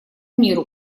миру